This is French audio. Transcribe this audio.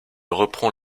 reprend